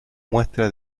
muestras